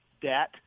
debt